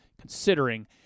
considering